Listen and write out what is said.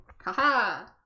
Haha